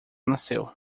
nasceu